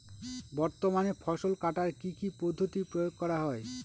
বর্তমানে ফসল কাটার কি কি পদ্ধতি প্রয়োগ করা হয়?